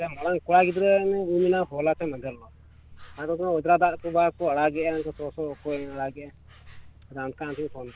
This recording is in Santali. ᱢᱟᱨᱟᱝ ᱠᱚᱲᱟ ᱜᱤᱫᱽᱨᱟᱹ ᱢᱮᱱᱮᱜᱼᱟ ᱦᱚᱞᱟ ᱥᱮ ᱢᱟᱦᱫᱮᱨ ᱦᱤᱞᱳᱜ ᱟᱫᱚ ᱠᱚ ᱚᱡᱽᱨᱟ ᱫᱟᱜ ᱠᱚ ᱵᱟᱠᱚ ᱟᱲᱜᱮᱜᱼᱟ ᱥᱚᱥᱚ ᱠᱚ ᱟᱲᱟᱜᱮᱜᱼᱟ ᱚᱱᱠᱟ ᱟᱢ ᱴᱷᱮᱱ ᱜᱤᱧ ᱯᱷᱳᱱ ᱠᱟᱜᱼᱟ